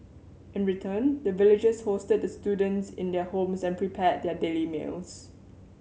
in return the villagers hosted the students in their homes and prepared their daily meals